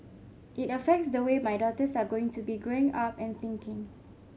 it affects the way my daughters are going to be growing up and thinking